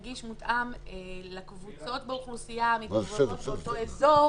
נגיש ומותאם לקבוצות השונות באוכלוסייה המתגוררות באותו אזור,